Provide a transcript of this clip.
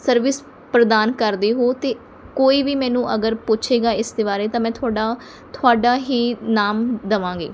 service ਪ੍ਰਦਾਨ ਕਰਦੇ ਹੋ ਅਤੇ ਕੋਈ ਵੀ ਮੈਨੂੰ ਅਗਰ ਪੁੱਛੇਗਾ ਇਸਦੇ ਬਾਰੇ ਤਾਂ ਮੈਂ ਤੁਹਾਡਾ ਤੁਹਾਡਾ ਹੀ ਨਾਮ ਦੇਵਾਂਗੀ